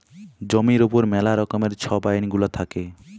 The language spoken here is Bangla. জমির উপর ম্যালা রকমের ছব আইল গুলা থ্যাকে